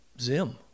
Zim